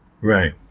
Right